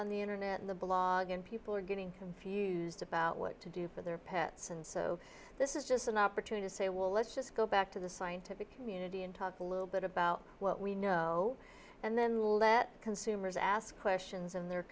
on the internet in the blog and people are getting confused about what to do for their pets and so this is just an opportunity to say well let's just go back to the scientific community and talk a little bit about what we know and then that consumers ask questions and they're